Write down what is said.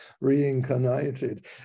reincarnated